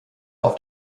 auf